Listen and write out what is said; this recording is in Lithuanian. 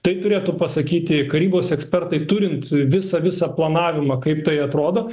tai turėtų pasakyti karybos ekspertai turint visą visą planavimą kaip tai atrodo